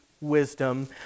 wisdom